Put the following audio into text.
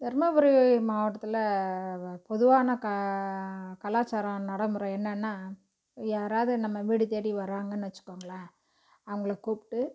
தருமபுரி மாவட்டத்தில் பொதுவான க கலாச்சாரம் நடமுறை என்னன்னால் யாராவது நம்ம வீடு தேடி வராங்கன்னு வச்சிக்கோங்களேன் அவங்கள கூப்பிட்டு